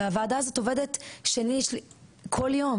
והוועדה הזאת עובדת כל יום.